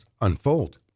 unfold